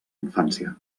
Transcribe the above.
infància